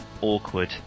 awkward